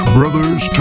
Brothers